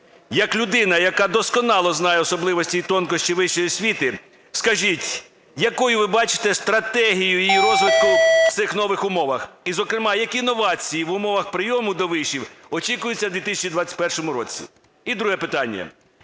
І друге питання.